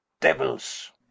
devils